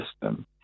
system